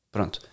Pronto